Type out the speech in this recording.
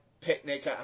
Picnic